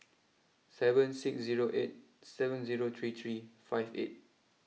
seven six zero eight seven zero three three five eight